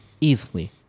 easily